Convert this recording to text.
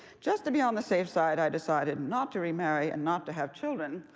just to be on the safe side, i decided not to remarry and not to have children.